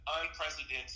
unprecedented